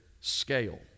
scale